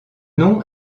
nom